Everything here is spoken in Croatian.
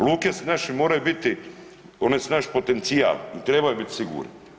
Luke naše moraju biti, one su naš potencijal i trebaju bit sigurne.